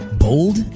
Bold